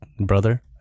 brother